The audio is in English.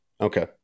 Okay